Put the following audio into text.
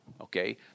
okay